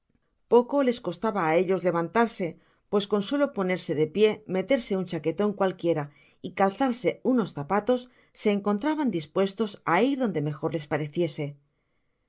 poco les costaba á ellos el levantarse pues con solo ponerse de pié meterse un chaqueton cualquiera y calzarse unos zapatos se encontradan dispuestos á ir donde mejor les pareciese